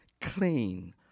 Clean